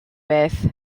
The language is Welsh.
beth